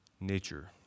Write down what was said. nature